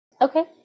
Okay